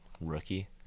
rookie